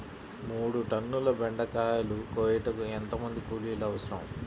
మూడు టన్నుల బెండకాయలు కోయుటకు ఎంత మంది కూలీలు అవసరం?